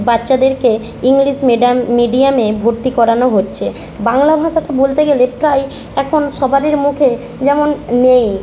বাচ্চাদেরকে ইংলিশ মেডাম মিডিয়ামে ভর্তি করানো হচ্ছে বাংলা ভাষাকে বলতে গেলে প্রায় এখন সবাইয়ের মুখে যেমন নেই